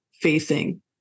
facing